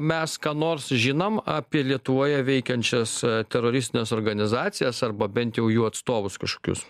mes ką nors žinom apie lietuvoje veikiančias teroristines organizacijas arba bent jau jų atstovus kažkokius